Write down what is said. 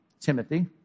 Timothy